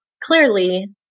clearly